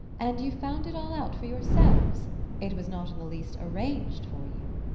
and you found it all out for yourselves it was not in the least arranged for you?